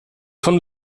von